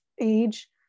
age